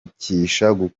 cyane